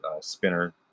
Spinner